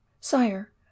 Sire